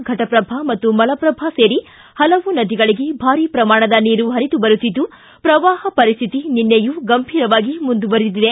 ಘಟಪ್ರಭಾ ಮತ್ತು ಮಲಪ್ರಭಾ ಸೇರಿ ಪಲವು ನದಿಗಳಿಗೆ ಭಾರಿ ಪ್ರಮಾಣದ ನೀರು ಪರಿದು ಬರುತ್ತಿದ್ದು ಪ್ರವಾಪ ಸ್ಥಿತಿ ನಿನ್ನೆಯೂ ಗಂಭಿರವಾಗಿಯೇ ಮುಂದುವರಿದಿದೆ